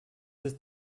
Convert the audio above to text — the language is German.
ist